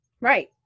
Right